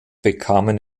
bekamen